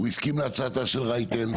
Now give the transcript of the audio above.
הוא הסכים להצעתה של רייטן,